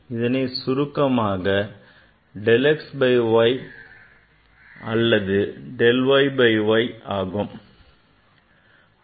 இதனை சுருக்கமாக del x by x del y by y ஆகும்